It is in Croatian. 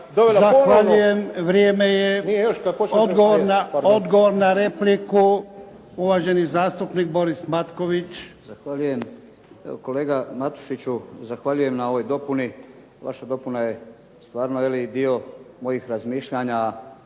Zahvaljujem. Vrijeme je. Odgovor na repliku, uvaženi zastupnik Boris Matković. **Matković, Borislav (HDZ)** Zahvaljujem. Kolega Matušiću, zahvaljujem na ovoj dopuni. Vaša dopuna je stvarno dio mojih razmišljanja.